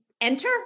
enter